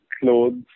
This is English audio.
clothes